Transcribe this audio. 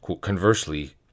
conversely